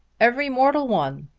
every mortal one.